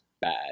bad